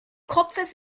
kopfes